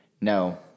no